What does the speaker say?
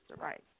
Right